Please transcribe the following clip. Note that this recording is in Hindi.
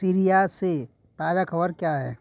सीरिया से ताज़ा खबर क्या है